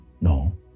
No